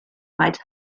might